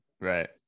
right